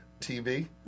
TV